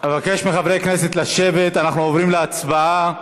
אבקש מחברי הכנסת לשבת, אנחנו עוברים להצבעה.